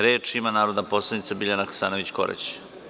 Reč ima narodni poslanik Biljana Hasanović Korać.